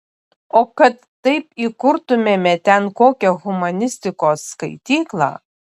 o kad taip įkurtumėme ten kokią humanistikos skaityklą